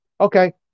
Okay